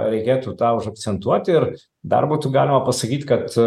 reikėtų tą užakcentuoti ir dar būtų galima pasakyt kad